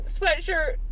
sweatshirt